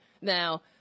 Now